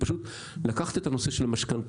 היא פשוט לקחת את הנושא של המשכנתאות.